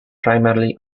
primarily